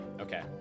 Okay